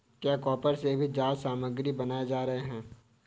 क्या कॉपर से भी जाल सामग्री बनाए जा रहे हैं?